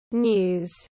news